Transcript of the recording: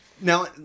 now